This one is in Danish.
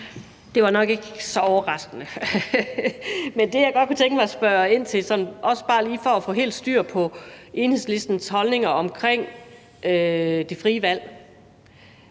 Det var nok ikke så overraskende. Men det, jeg godt kunne tænke mig at spørge ind til, også bare lige for at få helt styr på det, er Enhedslistens holdninger til det frie valg.